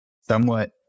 somewhat